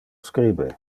scribe